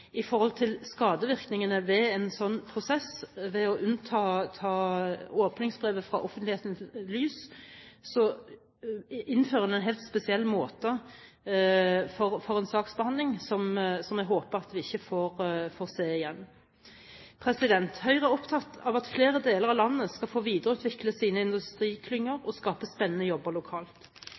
i forhold til skadevirkningene ved en sånn prosess. Ved å unnta åpningsbrevet fra offentlighetens lys innfører en en helt spesiell form for saksbehandling som jeg håper at vi ikke får se igjen. Høyre er opptatt av at flere deler av landet skal få videreutvikle sine industriklynger og skape spennende jobber lokalt.